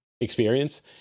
experience